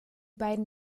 beiden